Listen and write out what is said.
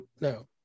No